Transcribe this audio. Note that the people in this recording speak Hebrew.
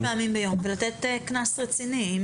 לתת קנס רציני.